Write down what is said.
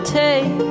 take